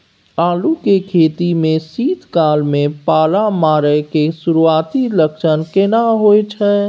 आलू के खेती में शीत काल में पाला मारै के सुरूआती लक्षण केना होय छै?